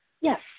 yes